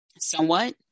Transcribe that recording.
somewhat